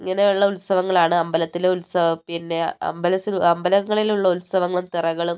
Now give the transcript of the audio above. ഇങ്ങനെയുള്ള ഉത്സവങ്ങളാണ് അമ്പലത്തിൽ ഉത്സവം പിന്നെ അമ്പലസ് അമ്പലങ്ങളിലുള്ള ഉത്സവങ്ങളും തിറകളും